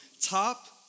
top